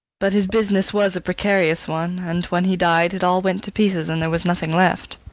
but his business was a precarious one and, when he died, it all went to pieces and there was nothing left.